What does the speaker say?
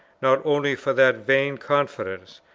not only for that vain confidence,